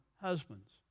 husbands